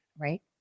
right